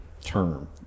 term